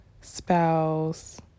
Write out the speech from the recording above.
spouse